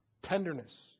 Tenderness